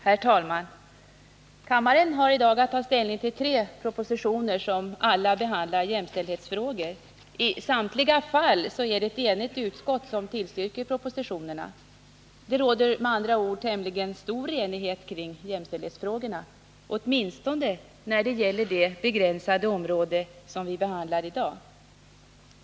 Herr talman! Kammaren har i dag att ta ställning till tre propositioner som alla behandlar jämställdhetsfrågor. I samtliga fall är det ett enigt utskott som tillstyrker propositionerna. Det råder med andra ord stor enighet kring jämställdhetsfrågorna — åtminstone när det gäller det begränsade område som vi behandlar i dag.